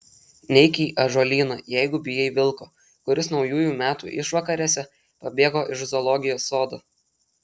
neik į ąžuolyną jeigu bijai vilko kuris naujųjų metų išvakarėse pabėgo iš zoologijos sodo